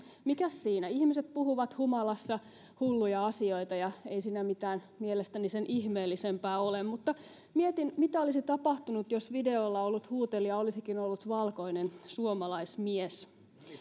mikäs siinä ihmiset puhuvat humalassa hulluja asioita ja ei siinä mitään mielestäni sen ihmeellisempää ole mutta mietin mitä olisi tapahtunut jos videolla ollut huutelija olisikin ollut valkoinen suomalaismies